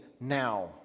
now